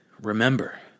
remember